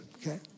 Okay